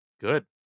Good